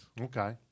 Okay